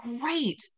great